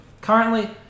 currently